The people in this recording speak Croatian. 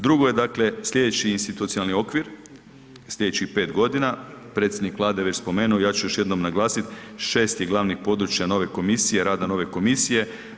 Drugo je dakle sljedeći institucionalni okvir, sljedećih 5 godina, predsjednik Vlade je već spomenuo, ja ću još jednom naglasiti 6 je glavnih područja nove komisije, rada nove komisije.